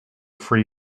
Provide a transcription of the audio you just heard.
three